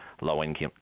low-income